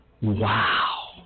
Wow